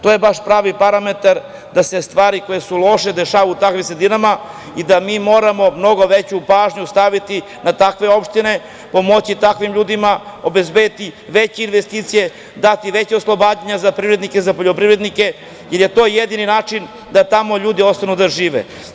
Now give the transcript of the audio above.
To je pravi parametar da se stvari koje su loše dešavaju u takvim sredinama i da moramo mnogo veću pažnju staviti na takve opštine, pomoći takvim ljudima, obezbediti veće investicije, dati veće oslobađanje za privrednike, za poljoprivrednike, jer je to jedini način da tamo ljudi ostanu da žive.